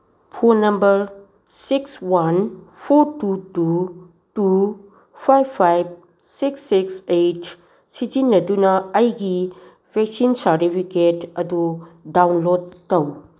phone number six one four two two two five five six six eight ꯁꯤꯖꯤꯟꯅꯗꯨꯅ ꯑꯩꯒꯤ vaccine certificate ꯑꯗꯨ download ꯇꯧ